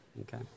Okay